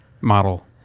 model